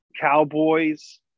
Cowboys